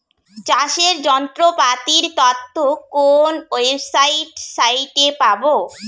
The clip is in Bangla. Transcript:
চাষের যন্ত্রপাতির তথ্য কোন ওয়েবসাইট সাইটে পাব?